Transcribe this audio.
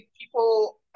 people